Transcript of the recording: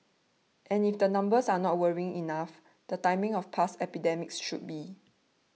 and if the numbers are not worrying enough the timing of past epidemics should be